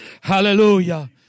Hallelujah